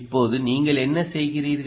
இப்போது நீங்கள் என்ன செய்கிறீர்கள்